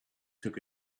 took